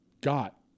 got